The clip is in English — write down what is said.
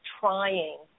trying